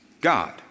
God